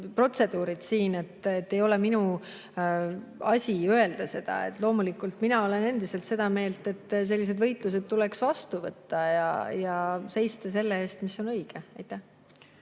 protseduuridest. Ei ole minu asi seda öelda. Loomulikult, mina olen endiselt seda meelt, et sellised võitlused tuleks vastu võtta ja seista selle eest, mis on õige.